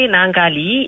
Nangali